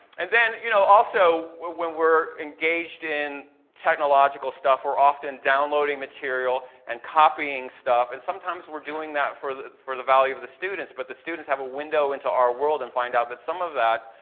and then you know also when we're engaged in technological stuff we're often downloading material and copying stuff and sometimes we're doing that for the for the value of the students but the students have a window into our world and find out that some of that